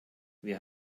wir